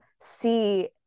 see